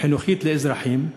חינוכית לאזרחים?